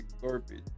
garbage